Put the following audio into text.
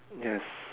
yes